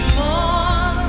more